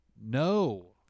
No